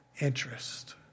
interest